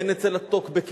הן אצל הטוקבקיסטים,